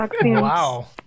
wow